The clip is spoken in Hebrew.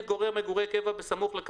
נכון, זה אותו דבר.